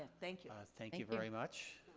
thank you. thank you very much.